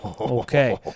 Okay